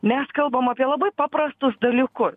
mes kalbam apie labai paprastus dalykus